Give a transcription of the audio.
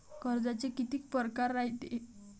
कर्जाचे कितीक परकार रायते?